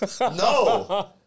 no